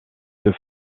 deux